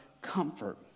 comfort